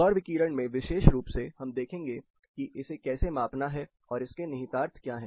सौर विकिरण में विशेष रूप से हम देखेंगे कि इसे कैसे मापना है और इसके निहितार्थ क्या हैं